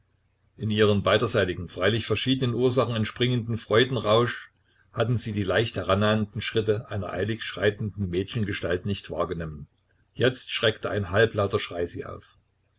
in ihrem beiderseitigen freilich verschiedenen ursachen entspringenden freudenrausch hatten sie die leicht heranhuschenden schritte einer eilig schreitenden mädchengestalt nicht wahrgenommen jetzt schreckte ein halblauter schrei sie auf